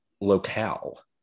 locale